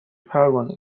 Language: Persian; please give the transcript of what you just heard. پروانه